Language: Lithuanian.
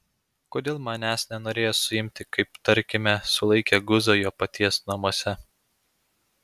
kodėl manęs nenorėjo suimti kaip tarkime sulaikė guzą jo paties namuose